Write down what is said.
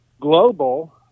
Global